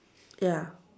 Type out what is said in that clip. ya